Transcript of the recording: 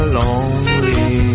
lonely